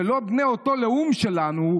שלא בני אותו לאום שלנו,